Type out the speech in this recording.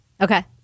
Okay